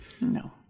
No